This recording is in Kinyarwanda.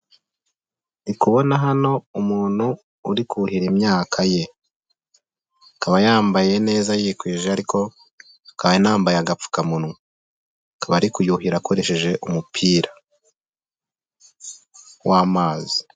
Ndi kubona hano umuntu uri kuhira imyaka ye, akaba yambaye neza yikwije ariko akaba yambaye agapfukamunwa, akaba ari kuyuhira akoresheje umupira w'amazi.